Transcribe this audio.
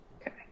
Okay